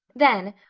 then,